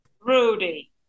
Rudy